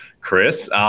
Chris